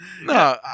No